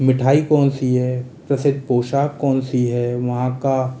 मिठाई कौन सी है प्रसिद्ध पोषाक कौन सी है वहाँ का